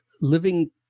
living